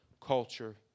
culture